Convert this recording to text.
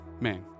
man